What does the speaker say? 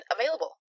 available